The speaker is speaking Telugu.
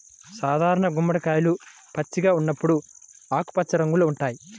సాధారణ గుమ్మడికాయలు పచ్చిగా ఉన్నప్పుడు ఆకుపచ్చ రంగులో ఉంటాయి